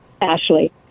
Ashley